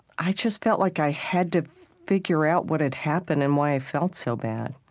i just felt like i had to figure out what had happened and why i felt so bad,